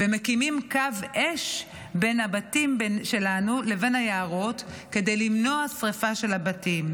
ומקימים קו אש בין הבתים שלנו לבין היערות כדי למנוע שרפה של הבתים.